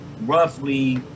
roughly